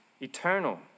eternal